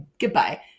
goodbye